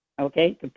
okay